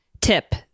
tip